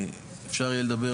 אפשר יהיה לדבר,